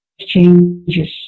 changes